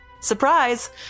Surprise